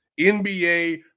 nba